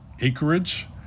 acreage